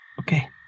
okay